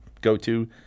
go-to